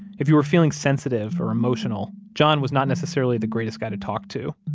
if you were feeling sensitive or emotional, john was not necessarily the greatest guy to talk to,